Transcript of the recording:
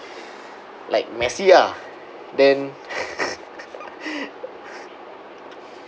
like messy ah then